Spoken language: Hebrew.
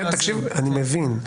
אני מבין.